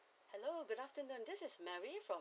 hello good afternoon this is mary from